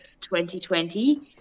2020